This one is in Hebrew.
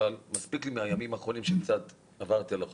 אבל מספיק לי מהימים האחרונים שקצת עברתי על החומר.